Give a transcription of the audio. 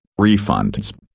refunds